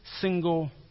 single